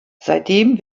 seitdem